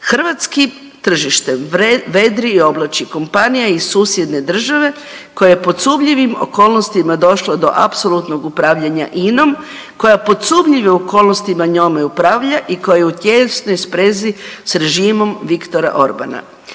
Hrvatski tržište vedri i oblači kompanija iz susjedne države koja je pod sumnjivim okolnostima došla do apsolutnog upravljanja INA-om koja pod sumnjivim okolnostima njome upravlja i koju u tijesnoj sprezi s režimom Viktora Orbana.